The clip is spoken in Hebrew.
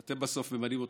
אתם בסוף ממנים אותו,